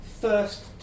first